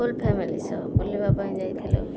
ଫୁଲ୍ family ସହ ବୁଲିବାପାଇଁ ଯାଇଥିଲୁ